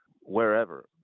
wherever